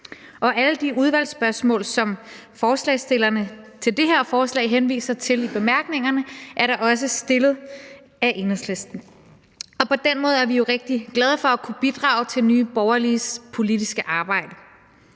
Og alle de udvalgsspørgsmål, som forslagsstillerne til det her forslag henviser til i bemærkningerne, er da også stillet af Enhedslisten. På den måde er vi rigtig glade for at kunne bidrage til Nye Borgerliges politiske arbejde.